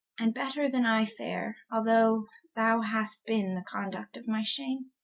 and better then i fare, although thou hast beene conduct of my shame